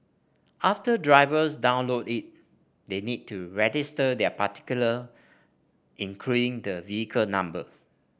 after drivers download it they need to register their particular including the vehicle number